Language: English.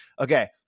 okay